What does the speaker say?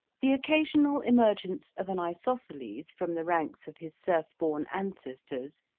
the occasional emergence of an isosceles from the ranks of his serf born ancestors,